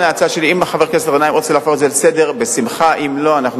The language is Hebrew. חבר הכנסת לוין, רק, אדוני